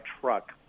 truck